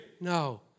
No